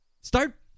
Start